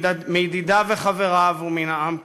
מידידיו וחבריו ומן העם כולו.